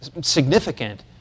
significant